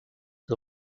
que